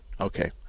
okay